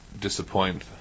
disappoint